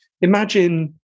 imagine